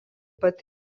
pat